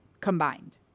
combined